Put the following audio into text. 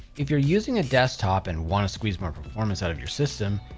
if you're using a desktop and wanna squeeze more performance out of your system,